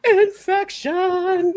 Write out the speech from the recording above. infection